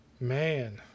man